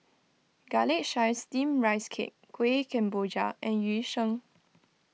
Garlic Chives Steamed Rice Cake Kueh Kemboja and Yu Sheng